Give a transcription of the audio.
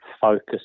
focus